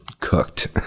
cooked